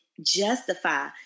justify